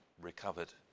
recovered